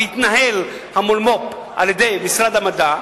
בהתנהל המולמו"פ על-ידי משרד המדע,